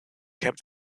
kept